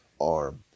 arm